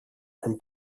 from